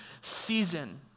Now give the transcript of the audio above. season